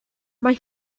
mae